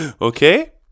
okay